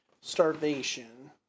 starvation